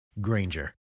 Granger